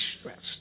stressed